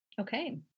Okay